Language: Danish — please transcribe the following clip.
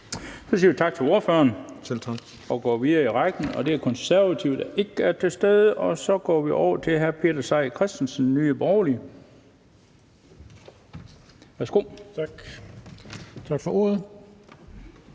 Så siger vi tak til ordføreren og går videre i rækken. De Konservatives ordfører er ikke til stede, og så går vi over til hr. Peter Seier Christensen, Nye Borgerlige. Værsgo. Kl. 14:03 (Ordfører)